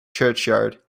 churchyard